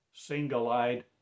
Single-eyed